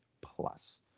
Plus